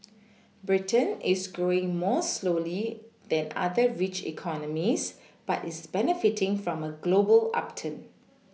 Britain is growing more slowly than other rich economies but is benefiting from a global upturn